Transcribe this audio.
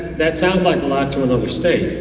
that sounds like lot to another state,